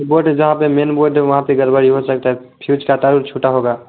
board जहाँ पर main board है वहाँ पर गड़बड़ी हो सकती फ्यूज़ का तार उर टूटा होगा